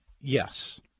Yes